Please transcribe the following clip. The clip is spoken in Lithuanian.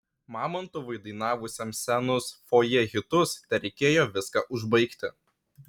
mamontovui dainavusiam senus fojė hitus tereikėjo viską užbaigti